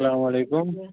اسلام علیکُم